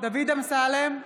דוד אמסלם,